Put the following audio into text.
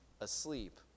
asleep